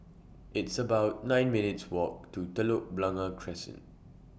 It's about nine minutes' Walk to Telok Blangah Crescent